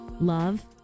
love